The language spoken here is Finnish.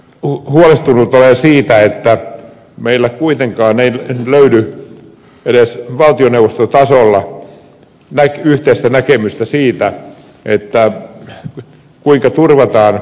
huolestunut olen siitä että meillä kuitenkaan ei löydy edes valtioneuvostotasolla yhteistä näkemystä siitä kuinka turvataan tuottajaorganisaatioiden toimintaedellytykset